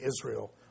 Israel